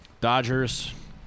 Dodgers